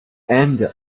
end